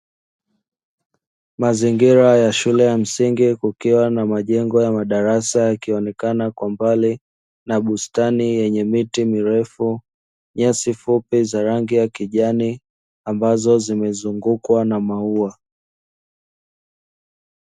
Mazingira ya shule ya msingi kukiwa na majengo ya madarasa yakionekana kwa mbali na bustani yenye miti mirefu, nyasi fupi za rangi ya kijani ambazo zimezungukwa na maua.